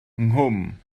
nghwm